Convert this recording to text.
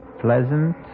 pleasant